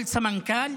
כל סמנכ"ל,